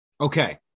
Okay